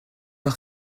par